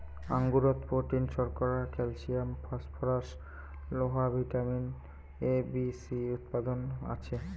আঙুরত protein, শর্করা, calcium, phosphorus, লোহা, vitamin A, B, C উপাদান আছে